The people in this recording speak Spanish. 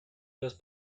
los